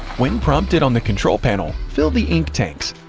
when prompted on the control panel, fill the ink tanks.